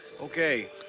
Okay